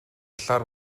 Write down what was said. талаар